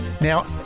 Now